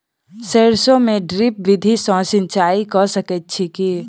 सैरसो मे ड्रिप विधि सँ सिंचाई कऽ सकैत छी की?